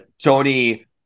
Tony